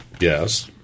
Yes